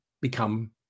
become